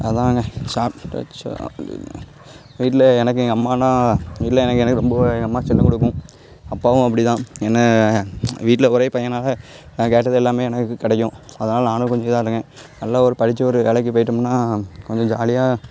அதுதாங்க சாப் வைச்ச வீட்டில் எனக்கு எங்கள் அம்மானால் இல்லை எனக்கு எனக்கு ரொம்ப எங்கள் அம்மா செல்லம் கொடுக்கும் அப்பாவும் அப்படி தான் ஏன்னால் வீட்டில் ஒரே பையனால் நான் கேட்டது எல்லாமே எனக்கு கிடைக்கும் அதனால் நானும் கொஞ்சம் இதாக இருக்கேன் நல்ல ஒரு படித்து ஒரு வேலைக்கு போய்விட்டோம்னா கொஞ்சம் ஜாலியாக